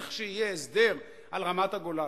לכשיהיה הסדר על רמת-הגולן,